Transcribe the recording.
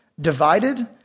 divided